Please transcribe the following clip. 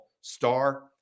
star